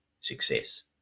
success